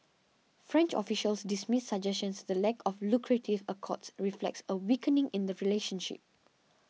French officials dismiss suggestions the lack of lucrative accords reflects a weakening in the relationship